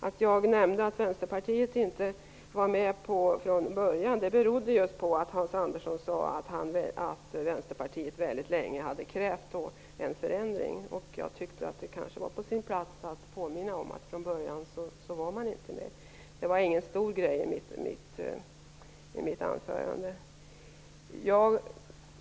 Att jag nämnde att Västerpartiet inte var med från början berodde på att Hans Andersson sade att Vänsterpartiet väldigt länge hade krävt en förändring. Jag tyckte att det kanske var på sin plats att påminna om att man inte var med från början. Det var ingen stor fråga i mitt anförande.